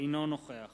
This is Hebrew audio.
אינו נוכח